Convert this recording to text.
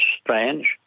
strange